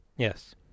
yes